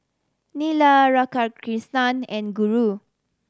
Neila Radhakrishnan and Guru